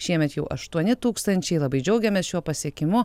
šiemet jau aštuoni tūkstančiai labai džiaugiamės šiuo pasiekimu